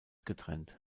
getrennt